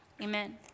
amen